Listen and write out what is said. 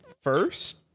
first